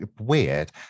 weird